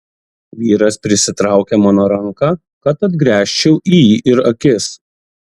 vyras prisitraukė mano ranką kad atgręžčiau į jį ir akis